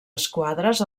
esquadres